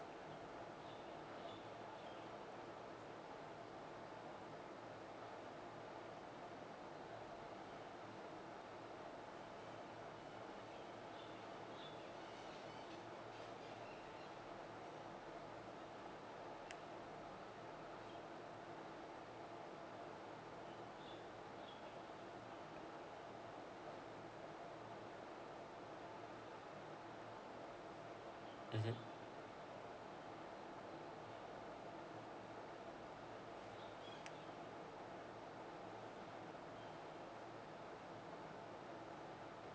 mmhmm